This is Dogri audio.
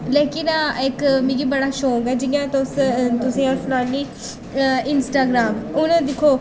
लेकिन इक मिगी बड़ा शौंक ऐ जि'यां तुस तुसें गी अ'ऊं सनान्नीं इंस्ट्रग्राम हून दिक्खो